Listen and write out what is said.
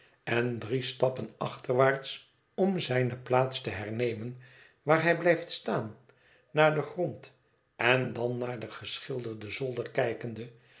en drie stappen achterwaarts om zijne plaats te hernemen waar hij blijft staan naar den grond en dan naar den geschilderden zolder kijkende